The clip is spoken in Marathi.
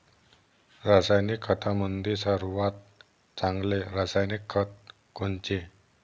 रासायनिक खतामंदी सर्वात चांगले रासायनिक खत कोनचे?